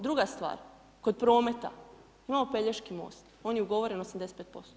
Druga stvar, kod prometa, imamo Pelješki most, on je ugovoren 85%